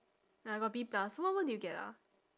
I got B plus what what did you get ah